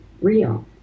real